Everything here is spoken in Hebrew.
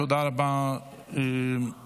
תודה רבה למציעים.